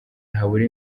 habura